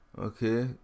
Okay